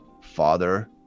father